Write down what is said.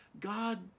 God